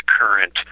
current